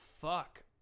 fuck